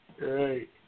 right